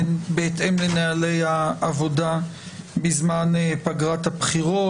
בהתאם לנוהלי העבודה בזמן פגרת הבחירות.